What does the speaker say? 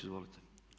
Izvolite.